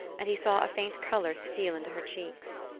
and he saw a faint colour steal into her cheeks.